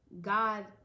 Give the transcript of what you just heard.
God